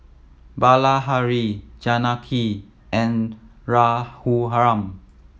Bilahari Janaki and Raghuram